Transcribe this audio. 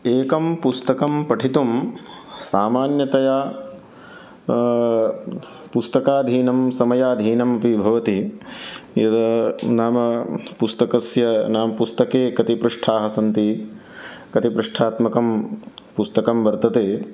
एकं पुस्तकं पठितुं सामान्यतया पुस्तकाधीनं समयाधीनमपि भवति यद् नाम पुस्तकस्य नाम पुस्तके कति पृष्टानि सन्ति कति पृष्टात्मकं पुस्तकं वर्तते